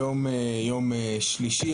היום יום שלישי,